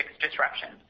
disruptions